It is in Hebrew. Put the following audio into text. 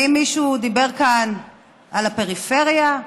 האם מישהו דיבר כאן על הפריפריה?